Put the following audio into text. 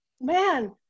man